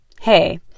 Hey